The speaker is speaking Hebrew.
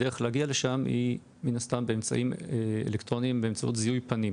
הדרך להגיע לשם היא מן הסתם באמצעים אלקטרוניים באמצעות זיהוי פנים.